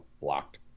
blocked